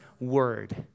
word